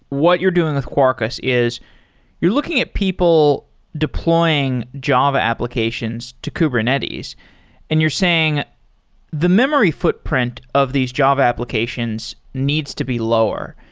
what you're doing with quarkus is you're looking at people deploying java applications to kubernetes and you're saying the memory footprint of these java applications needs to be lower.